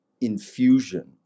infusion